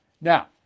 Now